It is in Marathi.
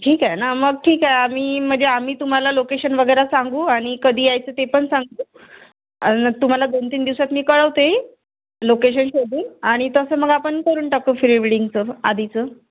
ठीक आहे ना मग ठीक आहे आम्ही म्हणजे आम्ही तुम्हाला लोकेशन वगैरे सांगू आणि कधी यायचं ते पण सांगतो आणि तुम्हाला दोन तीन दिवसात मी कळवते लोकेशन शोधून आणि तसं मग आपण करून टाकू फ्री वेडिंगचं आधीचं